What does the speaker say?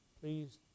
Please